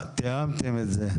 תיאמתם את זה.